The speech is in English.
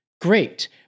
Great